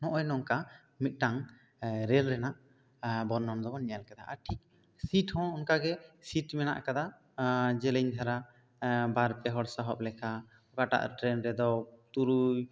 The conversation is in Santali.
ᱱᱚᱜ ᱚᱭ ᱱᱚᱝᱠᱟ ᱢᱤᱫᱴᱟᱝ ᱨᱮᱹᱞ ᱨᱮᱱᱟᱜ ᱵᱚᱨᱱᱚᱱ ᱫᱚ ᱵᱚᱱ ᱧᱮᱞ ᱠᱮᱫᱟ ᱟᱨ ᱴᱷᱤᱠ ᱥᱤᱴ ᱦᱚᱸ ᱚᱱᱠᱟ ᱜᱮ ᱥᱤᱴ ᱢᱮᱱᱟᱜ ᱟᱠᱟᱫᱟ ᱡᱮᱹᱞᱮᱹᱧ ᱫᱷᱟᱨᱟ ᱵᱟᱨ ᱯᱮ ᱦᱚᱲ ᱥᱟᱦᱚᱵ ᱞᱮᱠᱟ ᱚᱠᱟᱴᱟᱜ ᱴᱨᱮᱹᱱ ᱨᱮᱫᱚ ᱛᱩᱨᱩᱭ